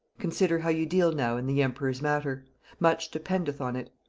consider how ye deal now in the emperor's matter much dependeth on it.